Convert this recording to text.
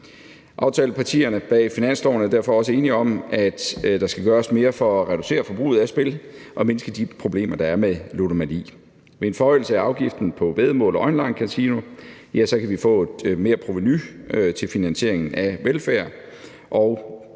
Aftalepartierne bag finansloven er derfor også enige om, at der skal gøres mere for at reducere forbruget af spil og mindske de problemer, der er med ludomani. Med en forhøjelse af afgiften på væddemål og onlinekasino kan vi få et merprovenu til finansiering af velfærd og